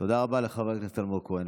תודה רבה לחבר הכנסת אלמוג כהן.